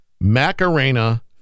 Macarena